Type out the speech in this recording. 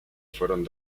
fueron